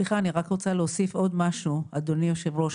אני רק רוצה להוסיף משהו, אדוני היושב-ראש.